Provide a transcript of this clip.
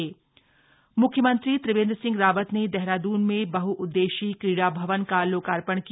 CM लोकार्मण मुख्यमंत्री त्रिवेन्द्र सिंह रावत ने देहरादून में बह्उद्देश्यीय क्रीड़ा भवन का लोकार्रण किया